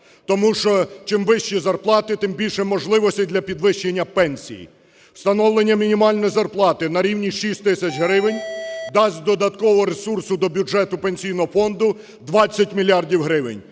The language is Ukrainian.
тому що чим вище зарплати, тим більше можливостей для підвищення пенсій. Встановлення мінімальної зарплати на рівні 6 тисяч гривень дасть додаткового ресурсу до бюджету Пенсійного фонду 20 мільярдів